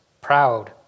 proud